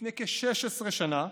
לפני כ-16 שנה,